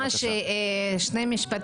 אני אומר ממש שני משפטים.